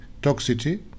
toxicity